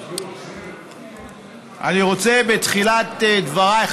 אני רוצה בתחילת דבריי,